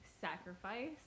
sacrifice